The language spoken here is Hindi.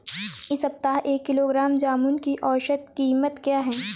इस सप्ताह एक किलोग्राम जामुन की औसत कीमत क्या है?